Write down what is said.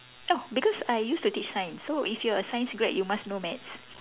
ah because I used to teach science so if you are a science grad you must know maths